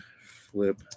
flip